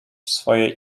swoje